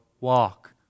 walk